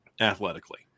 athletically